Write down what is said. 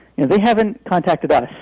and they haven't contacted ah.